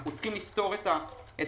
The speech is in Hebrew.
אנחנו צריכים לפתור את הנושא-